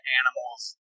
animals